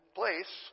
place